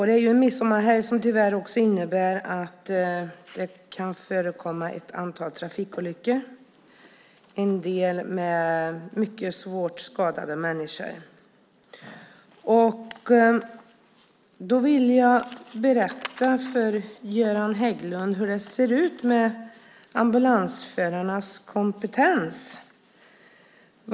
Det är en midsommarhelg som tyvärr också innebär att det kan förekomma ett antal trafikolyckor - en del med mycket svårt skadade människor. Jag vill berätta för Göran Hägglund hur det ser ut med ambulansförarnas kompetens.